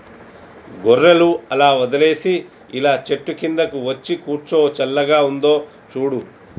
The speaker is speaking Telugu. గొర్రెలు అలా వదిలేసి ఇలా చెట్టు కిందకు వచ్చి కూర్చో చల్లగా ఉందో చూడు